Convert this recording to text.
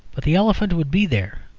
but the elephant would be there.